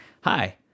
hi